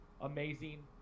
amazing